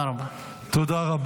תודה רבה.